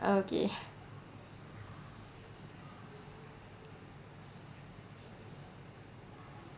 okay